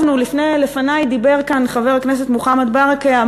לפני דיבר כאן חבר הכנסת מוחמד ברכה,